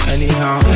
Anyhow